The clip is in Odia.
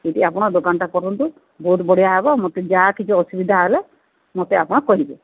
ସେଇଟି ଆପଣ ଦୋକାନଟା କରନ୍ତୁ ବହୁତ ବଢ଼ିଆ ହେବ ମୋତେ ଯାହା କିଛି ଅସୁବିଧା ହେଲେ ମୋତେ ଆପଣ କହିବେ